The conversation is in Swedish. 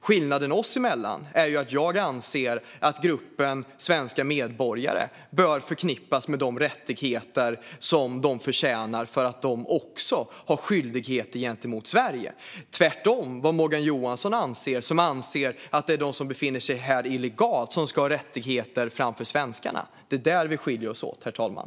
Skillnaden oss emellan är att jag anser att gruppen svenska medborgare bör förknippas med de rättigheter de förtjänar därför att de även har skyldigheter gentemot Sverige, medan Morgan Johansson tvärtom anser att det är de som befinner sig här illegalt som ska ha rättigheter framför svenskarna. Det är där vi skiljer oss åt, herr talman.